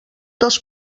dels